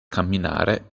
camminare